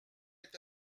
est